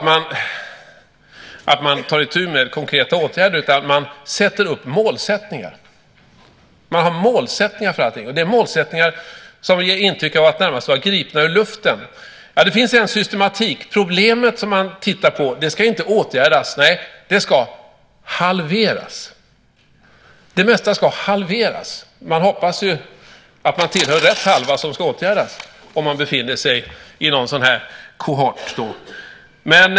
Man tar inte itu med konkreta åtgärder, utan man har målsättningar. Man har målsättningar för allting, och det är målsättningar som närmast ger intryck av att vara gripna ur luften. Det finns en systematik. Det problem man tittar på ska inte åtgärdas; det ska halveras. Det mesta ska halveras. Man hoppas att man tillhör den halva som ska åtgärdas om man befinner sig i någon sådan här kohort.